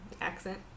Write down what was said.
accent